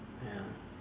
yeah